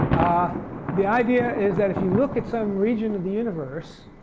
ah the idea is that if you look at some region of the universe,